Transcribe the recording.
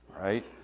right